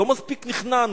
לא מספיק נכנענו?